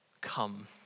come